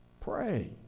Pray